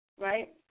right